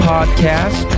Podcast